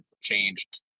changed